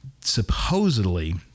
supposedly